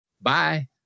Bye